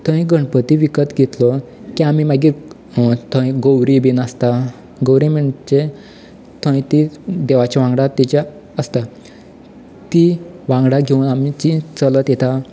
थंय गणपती विकत घेतलो की आमी मागीर थंय गौरी बीन आसता गौरी म्हणजे थंय ती देवाच्या वांगडा तिज्या आसता ती वांगडा घेवन आमी ती चलत येता